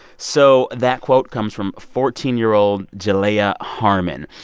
so that quote comes from fourteen year old jalaiah harmon.